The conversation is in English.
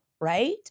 right